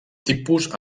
tipus